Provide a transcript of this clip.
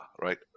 right